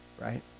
Right